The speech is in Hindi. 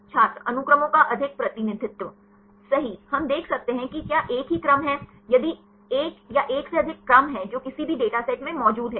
छात्र अनुक्रमों का अधिक प्रतिनिधित्व सही हम देख सकते हैं कि क्या एक ही क्रम हैं यदि एक या एक से अधिक क्रम हैं जो किसी भी डेटा सेट में मौजूद हैं